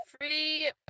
free